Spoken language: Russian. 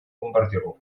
бомбардировках